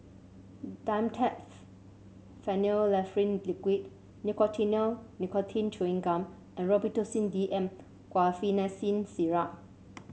Dimetapp Phenylephrine Liquid Nicotinell Nicotine Chewing Gum and Robitussin D M Guaiphenesin Syrup